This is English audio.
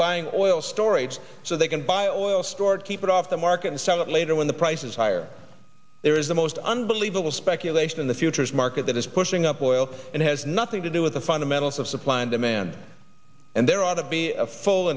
buying oil storage so they can buy or oil stored keep it off the market and sell it later when the price is higher there is the most unbelievable speculation in the futures market that is pushing up oil and it's nothing to do with the fundamentals of supply and demand and there ought to be a full